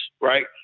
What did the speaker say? right